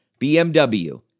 BMW